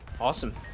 Awesome